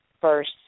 first